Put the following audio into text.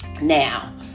now